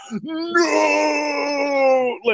no